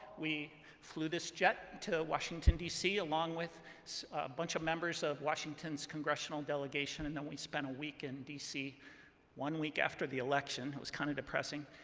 we flew this jet to washington, dc along with a bunch of members of washington's congressional delegation. and then we spent a week in dc one week after the election, it was kind of depressing